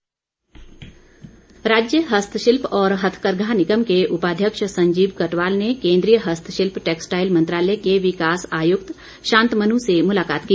textile राज्य हस्तशिल्प और हथकरघा निगम के उपाध्यक्ष संजीव कटवाल ने केंद्रीय हस्तशिल्प टैक्सटाईल मंत्रालय के विकास आयुक्त शांतमनु से मुलाकात की